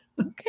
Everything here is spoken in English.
Okay